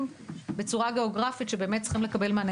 בצורה גיאוגרפית שבאמת צריכים לקבל מענה.